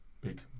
big